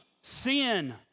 sin